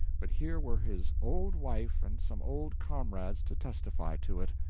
but here were his old wife and some old comrades to testify to it.